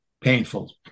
painful